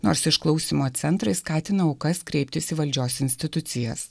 nors išklausymo centrai skatina aukas kreiptis į valdžios institucijas